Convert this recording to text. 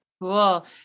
Cool